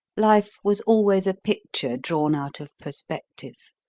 life was always a picture drawn out of perspective.